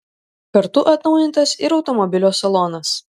kartu atnaujintas ir automobilio salonas